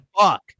fuck